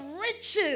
riches